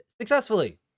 successfully